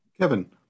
Kevin